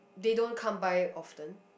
they don't come by often